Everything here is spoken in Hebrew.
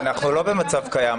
אנחנו לא במצב קיים.